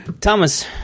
thomas